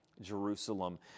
Jerusalem